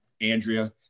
Andrea